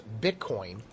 Bitcoin